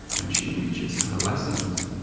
when she reaches adolescence,